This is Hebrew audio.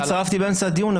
אני הצטרפתי באמצע הדיון,